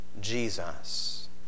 Jesus